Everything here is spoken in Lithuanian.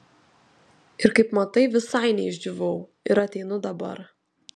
ir kaip matai visai neišdžiūvau ir ateinu dabar